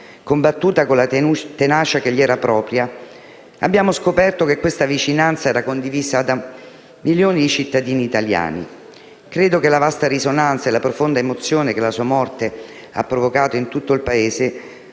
combattuta con la tenacia che gli era propria, abbiamo scoperto che questa vicinanza era condivisa da milioni di cittadini italiani. Credo che la vasta risonanza e la profonda emozione che la sua morte ha provocato in tutto il Paese